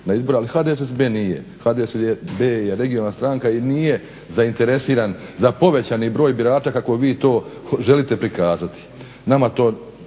ali HDSSB nije. HDSSB je regionalna stranka i nije zainteresiran za povećan broj birača kako vi to želite prikazati. Nama to